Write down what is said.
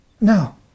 Now